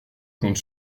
compte